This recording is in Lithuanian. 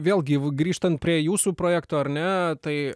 vėlgi grįžtant prie jūsų projekto ar ne tai